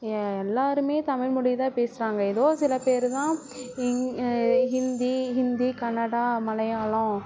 எல்லாருமே தமிழ்மொழிதான் பேசுகிறாங்க எதோ சில பேர்தான் ஹி ஹிந்தி ஹிந்தி கன்னடம் மலையாளம்